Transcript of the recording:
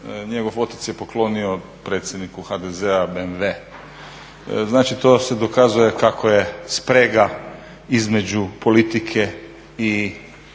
njegov otac je poklonio predsjedniku HDZ-a BMW. Znači to se dokazuje kako je sprega između politike i sudova